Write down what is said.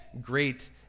great